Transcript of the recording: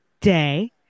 day